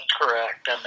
correct